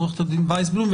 עורכת הדין ויסבלום,